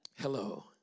Hello